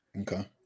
okay